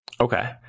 Okay